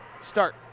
start